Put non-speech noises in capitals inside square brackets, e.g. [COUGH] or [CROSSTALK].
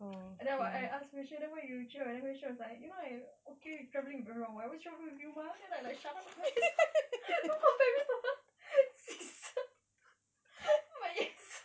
and then I ask vishu then why you jio and then vishu was like you know I okay with travelling with everyone I always travel with you mah then I'm like shut up lah [LAUGHS] don't compare me to her [LAUGHS] but it's [LAUGHS]